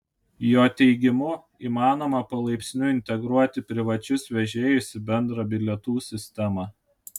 jo teigimu įmanoma palaipsniui integruoti privačius vežėjus į bendrą bilietų sistemą